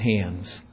hands